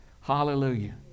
Hallelujah